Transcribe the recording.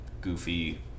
goofy